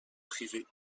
privée